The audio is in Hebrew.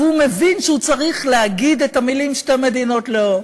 והוא מבין שהוא צריך להגיד את המילים "שתי מדינות" לא.